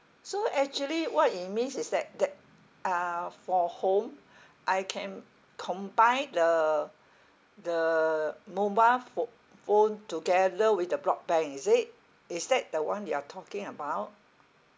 so actually what it means is that that uh for home I can combine the the mobile pho~ phone together with the broadband is it is that the one you are talking about